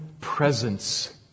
presence